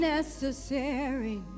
necessary